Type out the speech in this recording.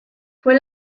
fue